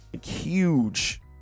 huge